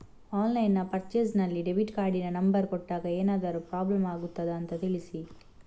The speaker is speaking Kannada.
ಆನ್ಲೈನ್ ಪರ್ಚೇಸ್ ನಲ್ಲಿ ಡೆಬಿಟ್ ಕಾರ್ಡಿನ ನಂಬರ್ ಕೊಟ್ಟಾಗ ಏನಾದರೂ ಪ್ರಾಬ್ಲಮ್ ಆಗುತ್ತದ ಅಂತ ತಿಳಿಸಿ?